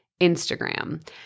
Instagram